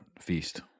feast